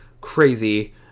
crazy